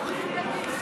אתה יכול להסביר למה,